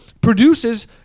produces